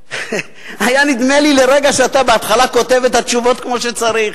היה נדמה לי לרגע שאתה בהתחלה כותב את התשובות כמו שצריך.